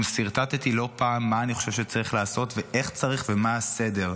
גם סרטטתי לא פעם מה אני חושב שצריך לעשות ואיך צריך ומה הסדר.